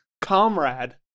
comrade